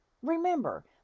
Remember